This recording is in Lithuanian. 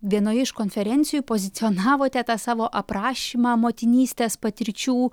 vienoje iš konferencijų pozicionavote tą savo aprašymą motinystės patirčių